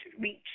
reach